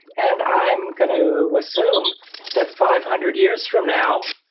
and i'm going to assume that five hundred years from now,